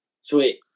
Sweet